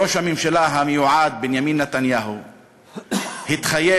ראש הממשלה המיועד בנימין נתניהו התחייב,